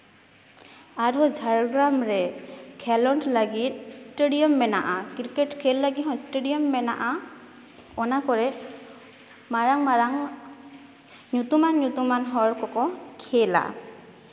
ᱟᱨᱦᱚᱸ ᱡᱷᱟᱲᱜᱨᱟᱢ ᱨᱮ ᱠᱷᱮᱞᱚᱰ ᱞᱟᱹᱜᱤᱫ ᱮᱥᱴᱮᱰᱤᱭᱟᱢ ᱢᱮᱱᱟᱜᱼᱟ ᱠᱨᱤᱠᱮᱴ ᱠᱷᱮᱞ ᱢᱮᱱᱟᱜᱼᱟ ᱠᱨᱤᱠᱮᱴ ᱠᱷᱮᱞ ᱞᱟᱹᱜᱤᱫ ᱦᱚᱸ ᱮᱥᱴᱮᱰᱤᱭᱟᱢ ᱢᱮᱱᱟᱜᱼᱟ ᱚᱱᱟ ᱠᱚᱨᱮᱜ ᱢᱟᱨᱟᱝ ᱢᱟᱨᱟᱝ ᱧᱩᱛᱩᱢᱟᱱ ᱧᱩᱛᱩᱢᱟᱱ ᱦᱚᱲ ᱠᱚᱠᱚ ᱠᱷᱮᱞᱟ